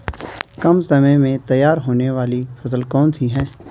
कम समय में तैयार होने वाली फसल कौन सी है?